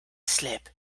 slip